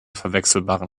verwechselbaren